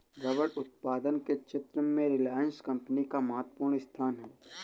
rubber उत्पादन के क्षेत्र में रिलायंस कम्पनी का महत्त्वपूर्ण स्थान है